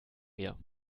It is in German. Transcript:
mir